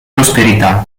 prosperità